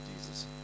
Jesus